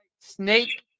snake